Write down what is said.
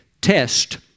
test